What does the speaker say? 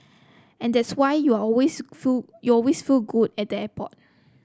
and that's why you always feel you always feel good at the airport